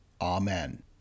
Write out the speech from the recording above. Amen